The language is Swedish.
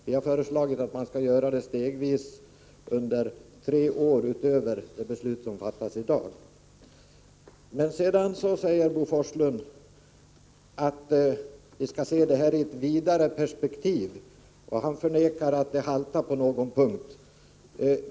Vi har föreslagit att man skall göra det stegvis under tre år — detta utöver vad vi fattar beslut om här i dag. Bo Forslund säger att vi skall se frågan i ett vidare perspektiv. Han förnekar att det haltar på någon punkt.